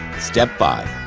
step five.